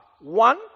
One